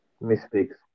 mistakes